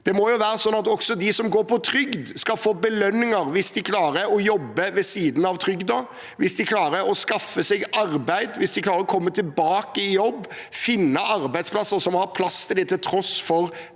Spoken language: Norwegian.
Det må være sånn at også de som går på trygd, skal få belønning hvis de klarer å jobbe ved siden av trygden – hvis de klarer å skaffe seg arbeid, hvis de klarer å komme tilbake i jobb, finne en arbeidsplass som har plass til dem, til tross for